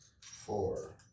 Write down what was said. four